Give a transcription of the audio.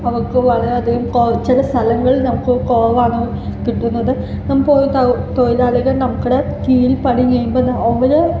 അവയ്ക്ക് വളരെയധികം കൊ ചില സ്ഥലങ്ങളിൽ നമുക്ക് കുറവാണ് കിട്ടുന്നത് നമുക്ക് ഒര് തൊഴി തൊഴിലാളികൾ നമുക്ക് അവരുടെ കീഴിൽ പണി ചെയ്യുമ്പോൾ അവര്